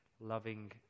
loving